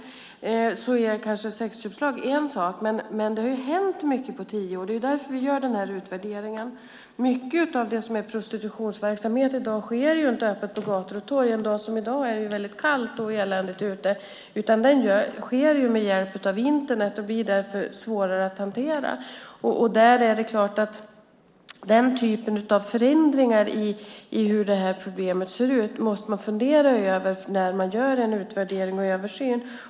Då är kanske en sexköpslag en sak, men det har hänt mycket på tio år. Det är därför som vi gör den här utvärderingen. Mycket av det som i dag är prostitutionsverksamhet sker inte öppet på gator och torg - en dag som denna är det väldigt kallt och eländigt ute. Det sker med hjälp av Internet och blir därför svårare att hantera. Det är klart att man måste fundera över den typen av förändringar när det gäller hur det här problemet ser ut när man gör en utvärdering och översyn.